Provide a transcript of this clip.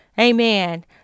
amen